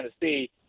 Tennessee